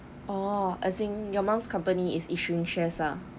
oh as in your mum's company is issuing shares ah